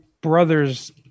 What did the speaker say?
brother's